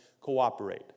cooperate